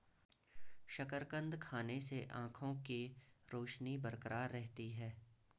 शकरकंद खाने से आंखों के रोशनी बरकरार रहती है